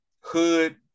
hood